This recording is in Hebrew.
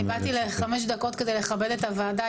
אני באתי לחמש דקות כדי לכבד את הוועדה.